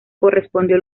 correspondió